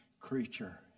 creature